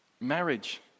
Marriage